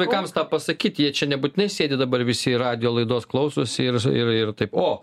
vaikams tą pasakyti jie čia nebūtinai sėdi dabar visi radijo laidos klausosi ir ir ir taip o